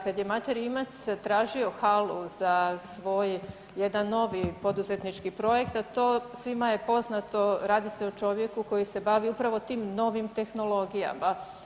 Kad je Mate Rimac tražio halu za svoj jedan novi poduzetnički projekt, a to, svima je poznato, radi se o čovjeku koji se bavi upravo tim novim tehnologijama.